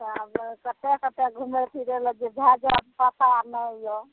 आब कतए कतए घुमै फिरैलए जे भए जाउ पता नहि यऽ